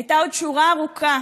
הייתה עוד שורה ארוכה